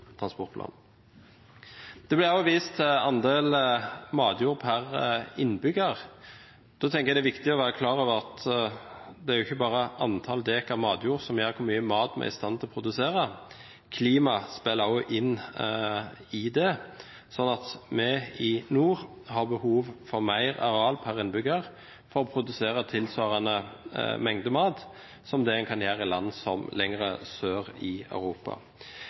ble også vist til andel matjord per innbygger. Da tenker jeg det er viktig å være klar over at det ikke bare er antall dekar matjord som bestemmer hvor mye mat vi er i stand til å produsere. Klimaet spiller også inn her. Vi i nord har behov for mer areal per innbygger for å produsere tilsvarende mengde mat som det en produserer i land lenger sør i Europa.